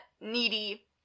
Needy